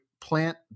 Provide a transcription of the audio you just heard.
plant